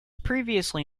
previously